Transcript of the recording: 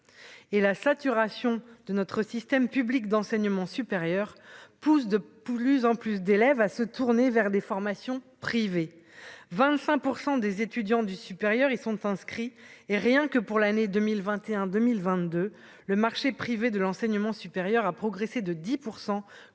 et la saturation de notre système public d'enseignement supérieur poussent de plus en plus d'élèves à se tourner vers des formations privées 25 % des étudiants du supérieur, ils sont inscrits et rien que pour l'année 2021 2022 le marché privé de l'enseignement supérieur a progressé de 10